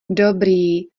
dobrý